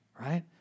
right